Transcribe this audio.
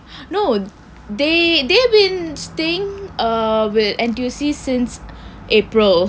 no they they have been staying err with N_T_U_C since april